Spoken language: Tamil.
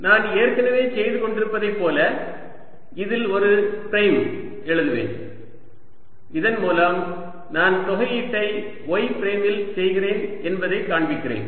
நான் ஏற்கனவே செய்து கொண்டிருப்பதை போல இதில் ஒரு பிரைம் எழுதுவேன் இதன் மூலம் நான் தொகையீட்டை y பிரைமில் செய்கிறேன் என்பதை காண்பிக்கிறேன்